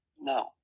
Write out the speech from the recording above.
no